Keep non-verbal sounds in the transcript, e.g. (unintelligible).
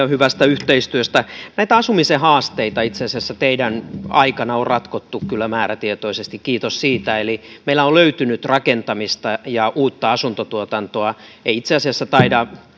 (unintelligible) hyvästä yhteistyöstä näitä asumisen haasteita itse asiassa teidän aikananne on ratkottu kyllä määrätietoisesti kiitos siitä eli meillä on löytynyt rakentamista ja uutta asuntotuotantoa itse asiassa